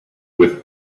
with